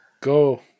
go